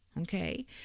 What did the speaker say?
Okay